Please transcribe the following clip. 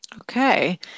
Okay